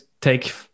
Take